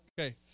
Okay